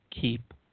keep